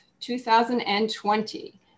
2020